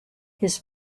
his